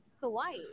Hawaii